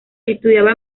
estudiaba